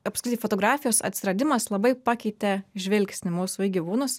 apskritai fotografijos atsiradimas labai pakeitė žvilgsnį mūsų į gyvūnus gyvūnus